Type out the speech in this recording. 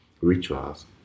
rituals